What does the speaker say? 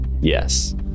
yes